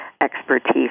Expertise